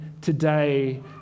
today